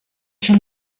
shall